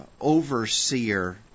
overseer